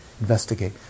Investigate